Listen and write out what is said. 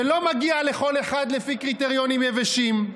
שלא מגיע לכל אחד לפי קריטריונים יבשים.